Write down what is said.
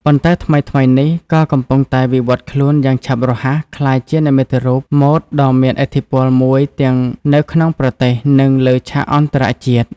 ប៉ុន្តែថ្មីៗនេះ ក៏កំពុងតែវិវត្តន៍ខ្លួនយ៉ាងឆាប់រហ័សក្លាយជានិមិត្តរូបម៉ូដដ៏មានឥទ្ធិពលមួយទាំងនៅក្នុងប្រទេស និងលើឆាកអន្តរជាតិ។